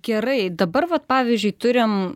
gerai dabar vat pavyzdžiui turim